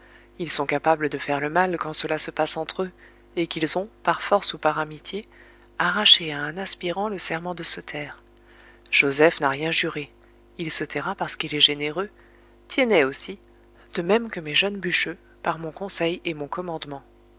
ils sont capables de faire le mal quand cela se passe entre eux et qu'ils ont par force ou par amitié arraché à un aspirant le serment de se taire joseph n'a rien juré il se taira parce qu'il est généreux tiennet aussi de même que mes jeunes bûcheux par mon conseil et mon commandement